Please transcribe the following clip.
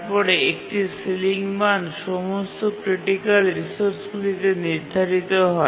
তারপরে একটি সিলিং মান সমস্ত ক্রিটিকাল রিসোর্সগুলিতে নির্ধারিত হয়